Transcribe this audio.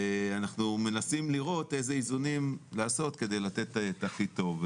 ואנחנו מנסים לראות אילו איזונים לעשות כדי לתת את הכי טוב.